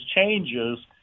changes